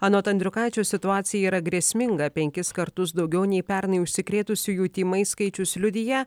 anot andriukaičio situacija yra grėsminga penkis kartus daugiau nei pernai užsikrėtusiųjų tymais skaičius liudija